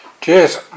Cheers